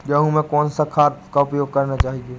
गेहूँ में कौन सा खाद का उपयोग करना चाहिए?